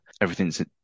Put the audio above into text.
everything's